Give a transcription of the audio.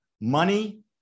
money